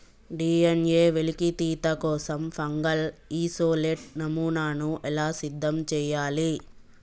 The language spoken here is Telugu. డి.ఎన్.ఎ వెలికితీత కోసం ఫంగల్ ఇసోలేట్ నమూనాను ఎలా సిద్ధం చెయ్యాలి?